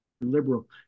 liberal